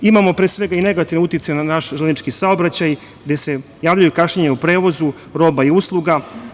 Imamo pre svega i negativan uticaj na naš železnički saobraćaj, gde se javljaju u kašnjenja u prevozu roba i usluga.